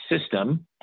system